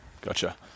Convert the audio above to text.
Gotcha